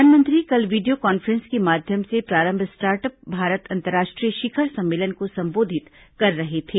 प्रधानमंत्री कल video conference के माध्यम से प्रारंभ स्टार्टअप भारत अंतरराष्ट्रीय शिखर सम्मेलन को संबोधित कर रहे थे